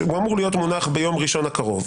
הוא אמור להיות מונח ביום ראשון הקרוב.